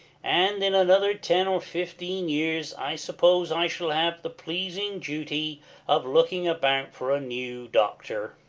and in another ten or fifteen years i suppose i shall have the pleasing duty of looking about for a new doctor.